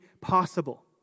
possible